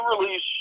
release